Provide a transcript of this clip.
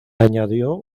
añadió